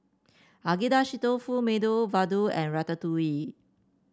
Agedashi Dofu Medu Vada and Ratatouille